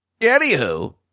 Anywho